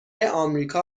آمریکا